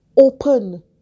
open